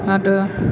അത്